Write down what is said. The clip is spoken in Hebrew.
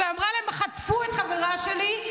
ואמרה להם: חטפו את חברה שלי,